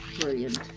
brilliant